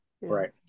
right